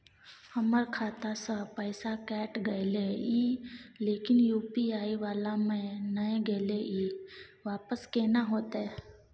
हमर खाता स पैसा कैट गेले इ लेकिन यु.पी.आई वाला म नय गेले इ वापस केना होतै?